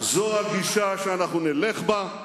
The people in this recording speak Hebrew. זו הגישה שאנחנו נלך בה,